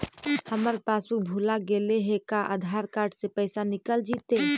हमर पासबुक भुला गेले हे का आधार कार्ड से पैसा निकल जितै?